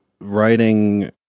writing